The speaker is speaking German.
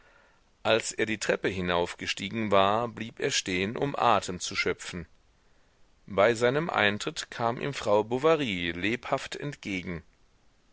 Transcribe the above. als er die treppe hinaufgestiegen war blieb er stehen um atem zu schöpfen bei seinem eintritt kam ihm frau bovary lebhaft entgegen